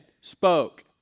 spoke